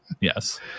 Yes